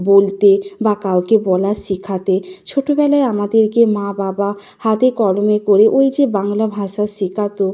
বলতে বা কাউকে বলা শেখাতে ছোটোবেলায় আমাদেরকে মা বাবা হাতেকলমে করে ওই যে বাংলা ভাষা শেখাত